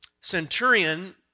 centurion